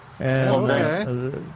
Okay